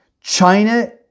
China